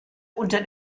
unter